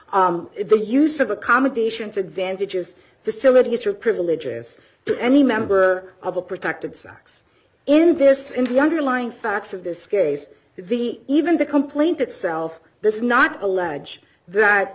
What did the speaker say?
the use of accommodations advantages facilities for privileges to any member of a protected sex in this in the underlying facts of this case the even the complaint itself this is not allege that